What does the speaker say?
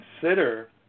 consider